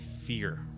fear